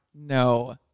No